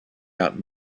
out